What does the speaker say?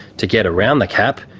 to get around the cap,